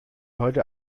heute